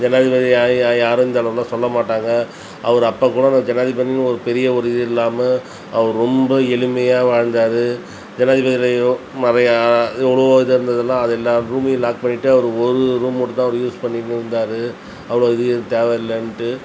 ஜனாதிபதியாயி யாரும் இந்த அளவுலாம் சொல்லமாட்டாங்க அவர் அப்பகூடம் நான் ஜனாதிபதின்னு ஒரு பெரிய ஒரு இது இல்லாமல் அவர் ரொம்ப எளிமையாக வாழ்ந்தார் ஜனாதிபதியிலையும் ம எவ்ளோவோக இது இருந்ததுலாம் அதை எல்லா ரூம்மையும் லாக் பண்ணிவிட்டு அவர் ஒரு ரூம் மட்டும் தான் அவர் யூஸ் பண்ணின்னு இருந்தார் அவ்வளோ இது எனக்கு தேவை இல்லைன்ட்டு